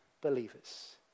believers